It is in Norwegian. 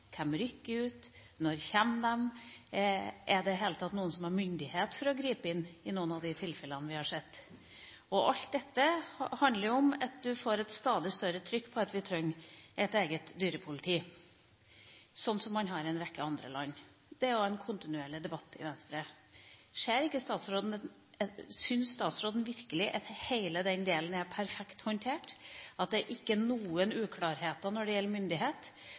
rykker ut, og når de kommer. Er det i det hele tatt noen som har hatt myndighet til å gripe inn i de tilfellene vi har sett? Alt dette handler om at en får et stadig større trykk på at vi trenger et eget dyrepoliti – som man har i en rekke andre land. Dette er en kontinuerlig debatt i Venstre. Syns statsråden virkelig at hele denne delen er perfekt håndtert, at det ikke er noen uklarheter når det gjelder myndighet,